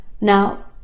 Now